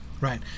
right